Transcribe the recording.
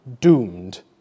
doomed